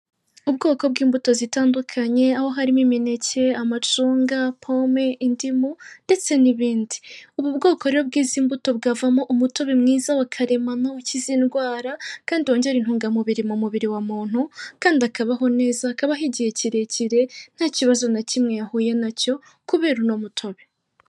Ubwoko bw'imbuto zitandukanye, aho harimo imineke, amacunga, pome, indimu ndetse n'ibindi, ubu bwoko rero bw'izi mbuto bwavamo umutobe mwiza wakaremamo ukiza indwara kandi wongera intungamubiri mu mubiri wa muntu kandi akabaho neza kabaho igihe kirekire nta kibazo na kimwe yahuye nacyo kubera uno mutobe.